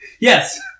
Yes